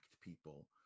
people